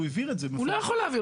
הוא לא יכול להבהיר.